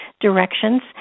directions